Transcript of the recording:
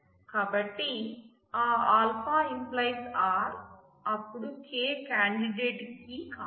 కాబట్టి ఆ α → R అప్పుడు k కాండిడేట్ కీ కాదు